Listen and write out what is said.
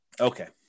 Okay